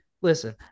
listen